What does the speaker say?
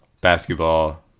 basketball